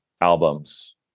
albums